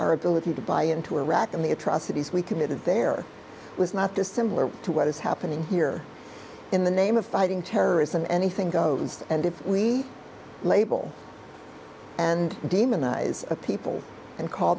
our ability to buy into iraq and the atrocities we committed there was not dissimilar to what is happening here in the name of fighting terrorism anything goes and if we label and demonize people and call